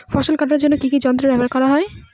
ফসল কাটার জন্য কি কি যন্ত্র ব্যাবহার করা হয়?